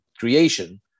Creation